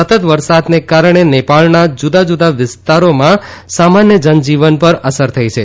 સતત વરસાદને કારણે ને ાળના જુદા જુદા વિસ્તારોમાં સામાન્ય જનજીવન ર ર અસર થઇ છે